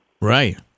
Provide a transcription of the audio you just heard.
Right